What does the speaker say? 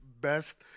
best